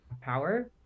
power